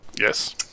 Yes